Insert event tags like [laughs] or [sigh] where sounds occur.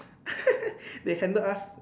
[laughs] they handed us